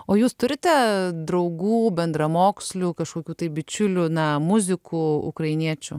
o jūs turite draugų bendramokslių kažkokių tai bičiulių na muzikų ukrainiečių